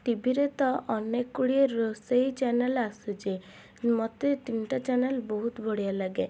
ଟିଭିରେ ତ ଅନେକଗୁଡ଼ିଏ ରୋଷେଇ ଚ୍ୟାନେଲ୍ ଆସୁଛି ମୋତେ ତିନିଟା ଚ୍ୟାନେଲ୍ ବହୁତ ବଢ଼ିଆ ଲାଗେ